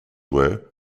were